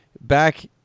back